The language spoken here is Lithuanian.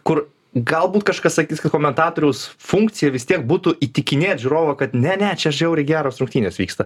kur galbūt kažkas sakys kad komentatoriaus funkcija vis tiek būtų įtikinėt žiūrovą kad ne ne čia žiauriai geros rungtynės vyksta